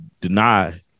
deny